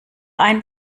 ein